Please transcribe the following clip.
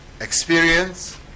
experience